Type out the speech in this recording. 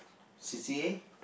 c_c_a